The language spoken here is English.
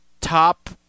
top